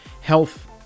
health